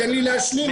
אני רק אומר ככה,